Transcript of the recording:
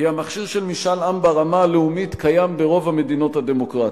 כי המכשיר של משאל עם ברמה הלאומית קיים ברוב המדינות הדמוקרטיות.